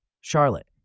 Charlotte